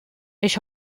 ich